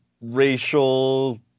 racial